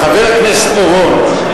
חבר הכנסת פלסנר,